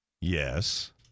Yes